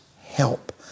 help